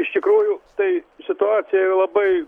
iš tikrųjų tai situacija yra labai